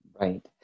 Right